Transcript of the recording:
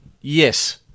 Yes